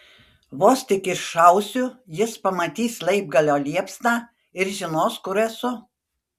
vos tik iššausiu jis pamatys laibgalio liepsną ir žinos kur esu